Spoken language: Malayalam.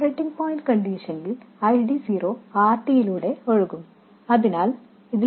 ഓപ്പറേറ്റിംഗ് പോയിന്റ് കണ്ടിഷനിൽ ആ I D 0 R D യിലൂടെ ഒഴുകും